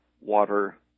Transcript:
water